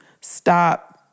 stop